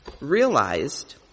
realized